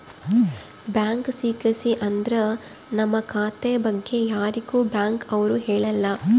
bank secrecy ಅಂದ್ರ ನಮ್ ಖಾತೆ ಬಗ್ಗೆ ಯಾರಿಗೂ ಬ್ಯಾಂಕ್ ಅವ್ರು ಹೇಳಲ್ಲ